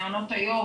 מעונות היום,